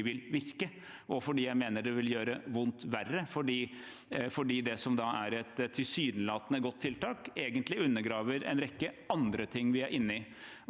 vil virke, og fordi jeg mener det vil gjøre vondt verre fordi det som da er et tilsynelatende godt tiltak, egentlig undergraver en rekke andre ting vi er inne i.